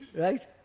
right?